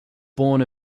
born